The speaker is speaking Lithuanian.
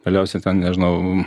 galiausiai nežinau